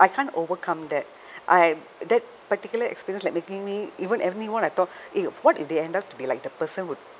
I can't overcome that I that particular experience like making me even anyone I talk eh what if they end up to be like the person who